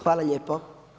Hvala lijepo.